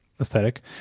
Aesthetic